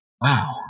wow